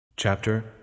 Chapter